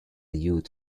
youth